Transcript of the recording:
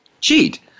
cheat